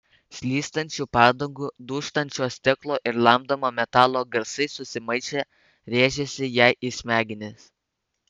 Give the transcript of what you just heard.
slystančių padangų dūžtančio stiklo ir lamdomo metalo garsai susimaišę rėžėsi jai į smegenis